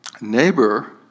neighbor